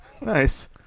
Nice